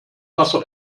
wasser